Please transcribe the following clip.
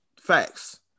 Facts